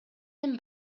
эми